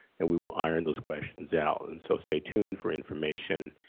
and we will iron those questions out and so stay tuned for information.